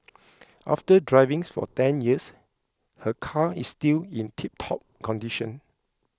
after driving for ten years her car is still in tiptop condition